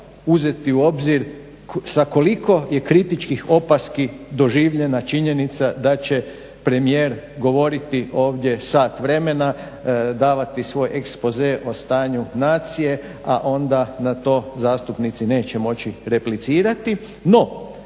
uzeti u obzir sa koliko je kritičkih opaski doživljena činjenica da će premijer govoriti ovdje sat vremena, davati svoje ekspoze o stanju nacije, a onda na to zastupnici neće moći replicirati.